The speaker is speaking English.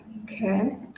Okay